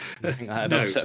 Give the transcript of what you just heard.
No